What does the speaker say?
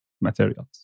materials